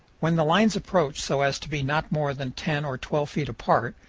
when the lines approach so as to be not more than ten or twelve feet apart,